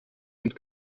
und